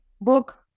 book